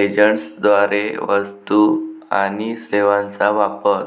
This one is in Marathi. एजंट्सद्वारे वस्तू आणि सेवांचा वापर